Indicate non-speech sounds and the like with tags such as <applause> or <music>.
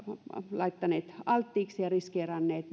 laittaneet alttiiksi ja riskeeranneet <unintelligible>